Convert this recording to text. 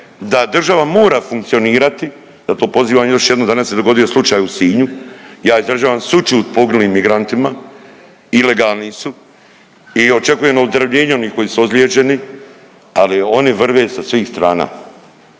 da država mora funkcionirati, zato pozivam još jednom danas se dogodio slučaj u Sinju, ja izražavam sućut poginulim migrantima, ilegalni su i očekujem ozdravljenje onih koji su ozlijeđeni, ali oni vrve sa svih strana.